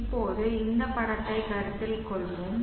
இப்போது இந்த படத்தை கருத்தில் கொள்வோம்